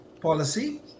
policy